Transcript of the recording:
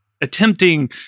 Attempting